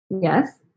Yes